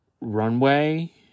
runway